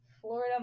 Florida